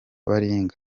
baringa